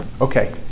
Okay